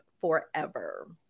forever